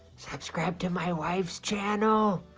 subscribe to my wife's channel!